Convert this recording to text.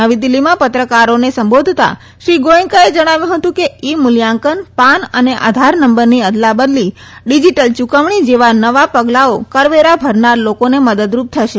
નવી દિલ્હીમાં આભાર નિહારીકા રવિયા ત્રકારોને સંબોધતા શ્રી ગોયંકાએ ણાવ્યું હતું કે ઈ મુલ્યાંકન ાન અને આધાર નંબરની અદલા બદલી ડીજીટલ યુકવણી જેવા નવા ઃ ગલાઓ કરવેરા ભરનાર લોકોને મદદરૂ થશે